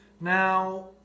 Now